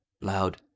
loud